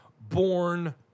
born